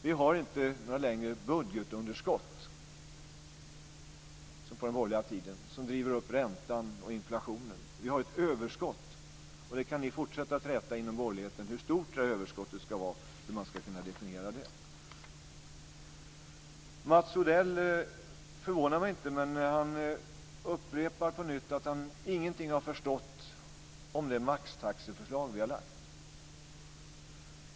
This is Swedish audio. Vi har inte längre några budgetunderskott, som på den borgerliga tiden, som driver upp räntan och inflationen. Vi har ett överskott. Ni inom borgerligheten kan fortsätta träta om hur stort överskottet ska vara och hur det ska definieras. Mats Odell upprepar att han ingenting har förstått av det maxtaxeförslag vi har lagt fram. Det förvånar mig inte.